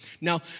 Now